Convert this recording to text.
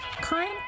current